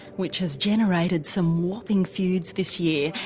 which has generated some whopping feuds this year.